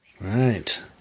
Right